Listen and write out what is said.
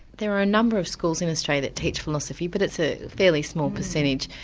there are a number of schools in australia that teach philosophy, but it's a fairly small percentage.